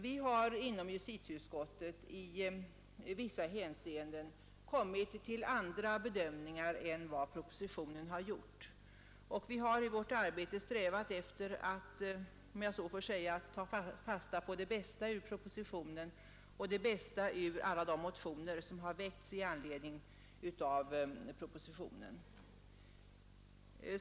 Vi har inom justitieutskottet i vissa hänseenden kommit fram till andra bedömningar än vad som gjorts i propositionen, och vi har i vårt arbete strävat efter att, om jag så får uttrycka det, ta fasta på det bästa i propositionen och det bästa i de motioner som har väckts i anledning av denna.